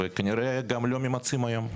וכנראה גם לא ממצים היום.